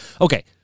Okay